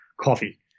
coffee